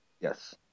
Yes